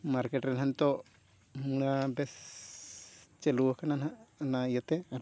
market ᱨᱮ ᱱᱟᱦᱟᱸᱜ ᱱᱤᱛᱳᱜ ᱚᱱᱟ ᱵᱮᱥ ᱪᱟᱹᱞᱩ ᱟᱠᱟᱱᱟ ᱱᱟᱦᱟᱸᱜ ᱚᱱᱟ ᱤᱭᱟᱹᱛᱮ